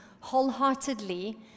wholeheartedly